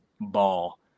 ball